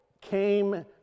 came